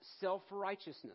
self-righteousness